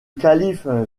calife